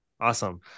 awesome